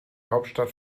hauptstadt